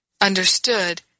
understood